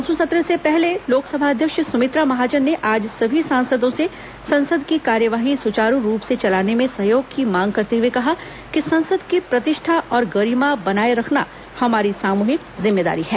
monsoon सत्र से पहले लोकसभा अध्यक्ष सुमित्रा महाजन ने आज सभी सांसदों से संसद की कार्यवाही सुचारू रूप से चलाने में सहयोग की मांग करते हुए कहा कि संसद की प्रतिष्ठा और गरिमा बनाए रखना हमारी सामूहिक जिम्मेदारी है